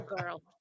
girl